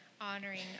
honoring